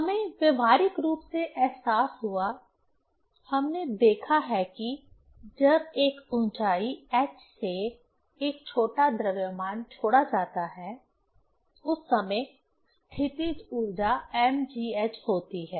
हमें व्यावहारिक रूप से एहसास हुआ हमने देखा है कि जब एक ऊँचाई h से एक छोटा द्रव्यमान छोड़ा जाता है उस समय स्थितिज ऊर्जा mgh होती है